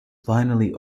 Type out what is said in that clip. finally